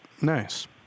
Nice